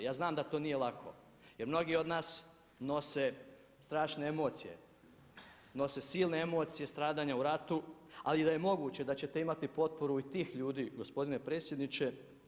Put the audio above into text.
Ja znam da to nije lako jer mnogi od nas nose strašne emocije, nose silne emocije stradanja u ratu, ali da je moguće da ćete imati potporu i tih ljudi, gospodine predsjedniče.